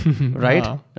Right